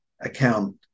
account